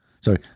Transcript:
Sorry